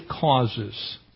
causes